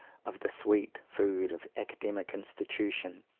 of the sweet food of academic institution,